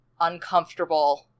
uncomfortable